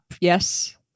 Yes